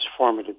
transformative